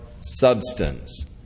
substance